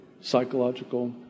psychological